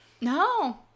No